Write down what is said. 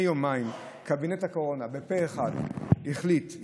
יומיים קבינט הקורונה החליט פה אחד,